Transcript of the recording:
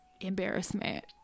embarrassment